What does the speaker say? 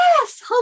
Yes